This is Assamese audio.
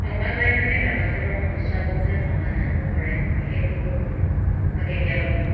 সংবাদ মাধ্যমে গ্ৰামাঞ্চলৰ সমস্যাবোৰ যে সমাধান কৰে সেইটো মই কেতিয়াও নাভাবোঁ